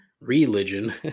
religion